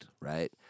right